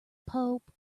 pope